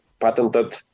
patented